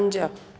पंज